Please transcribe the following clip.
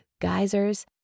geysers